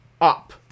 up